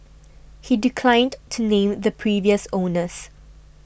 he declined to name the previous owners